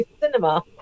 cinema